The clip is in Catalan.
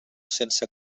sense